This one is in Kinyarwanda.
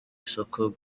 isoko